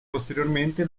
posteriormente